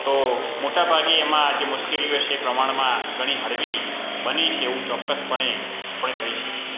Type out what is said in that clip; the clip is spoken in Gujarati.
તો મોટા ભાગે એમાં આજે મુશ્કેલીઓ છે પ્રમાણમાં ઘણી હળવી બની છે એવું ચોક્કસ પણે આપણે કહી શકીએ